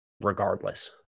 regardless